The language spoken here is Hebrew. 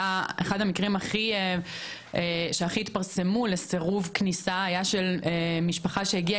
היה אחד המקרים שהכי התפרסמו לסירוב כניסה של משפחה שהגיעה